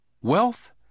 Wealth